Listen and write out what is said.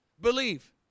Believe